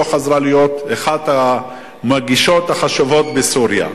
חזרה להיות אחת המגישות החשובות בסוריה.